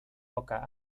poca